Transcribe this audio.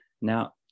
Now